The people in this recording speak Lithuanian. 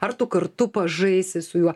ar tu kartu pažaisi su juo